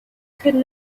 could